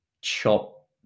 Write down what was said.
chop